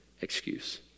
excuse